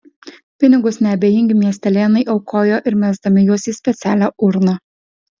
pinigus neabejingi miestelėnai aukojo ir mesdami juos į specialią urną